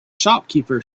shopkeeper